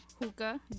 Hookah